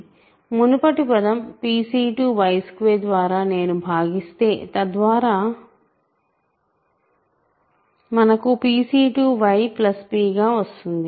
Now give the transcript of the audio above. మునుపటి పదం pC2 y2ద్వారా నేను భాగిస్తే తద్వారా మనకు pC2y p గా వస్తుంది